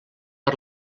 per